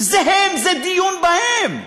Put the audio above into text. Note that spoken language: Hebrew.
זה הם, זה דיון בהם.